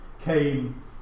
came